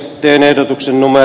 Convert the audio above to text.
general lumme